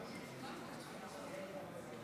חמש דקות.